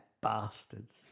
bastards